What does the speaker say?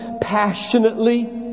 passionately